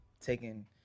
Taking